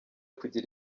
kugira